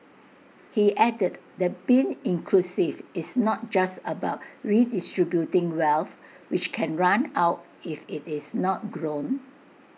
he added that being inclusive is not just about redistributing wealth which can run out if IT is not grown